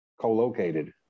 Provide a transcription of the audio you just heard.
co-located